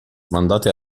mandate